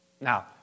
Now